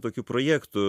tokių projektų